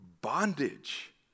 bondage